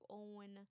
own